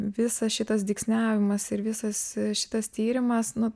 visas šitas dygsniavimas ir visas šitas tyrimas nu